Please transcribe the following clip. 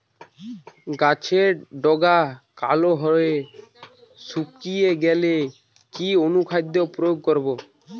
গাছের ডগা কালো হয়ে শুকিয়ে গেলে কি অনুখাদ্য প্রয়োগ করব?